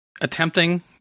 attempting